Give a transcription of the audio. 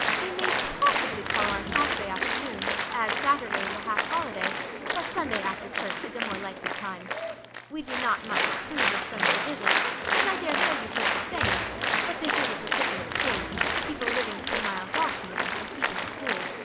they may possibly call on saturday afternoon, as saturday is a half-holiday but sunday after church is a more likely time we do not much approve of sunday visits and i dare say you feel the same but this is a particular case people living three miles off, you know, and keeping a school.